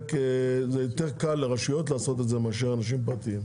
זה יותר קל לרשויות לעשות את זה מאשר אנשים פרטיים.